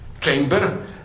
chamber